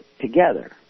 together